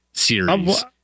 Series